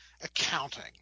accounting